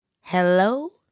Hello